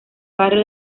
barrio